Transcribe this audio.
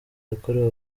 yakorewe